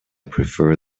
prefer